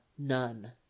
none